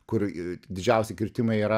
kur i didžiausi kirtimai yra